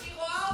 היא רואה אותי.